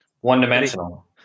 One-dimensional